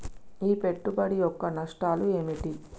ఈ పెట్టుబడి యొక్క నష్టాలు ఏమిటి?